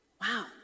Wow